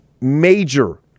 Major